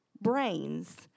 brains